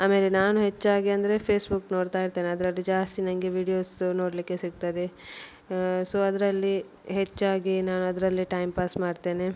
ಆಮೇಲೆ ನಾನು ಹೆಚ್ಚಾಗಿ ಅಂದರೆ ಫೇಸ್ಬುಕ್ ನೋಡ್ತಾ ಇರ್ತೇನೆ ಅದರಲ್ಲಿ ಜಾಸ್ತಿ ನನಗೆ ವೀಡಿಯೋಸು ನೋಡ್ಲಿಕ್ಕೆ ಸಿಗ್ತದೆ ಸೊ ಅದರಲ್ಲಿ ಹೆಚ್ಚಾಗಿ ನಾನು ಅದರಲ್ಲಿ ಟೈಮ್ ಪಾಸ್ ಮಾಡ್ತೇನೆ